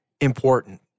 important